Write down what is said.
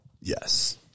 Yes